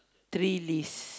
three list